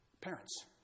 parents